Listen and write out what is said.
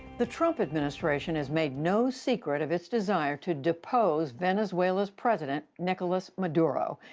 the trump administration has made no secret of its desire to depose venezuela's president nicolas maduro,